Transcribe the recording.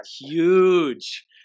Huge